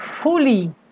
fully